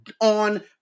on